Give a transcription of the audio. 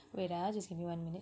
wait ah just give me one minute